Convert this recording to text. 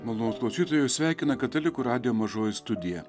malonūs klausytojai jus sveikina katalikų radijo mažoji studija